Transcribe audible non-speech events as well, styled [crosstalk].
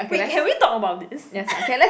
wait can we talk about this [laughs]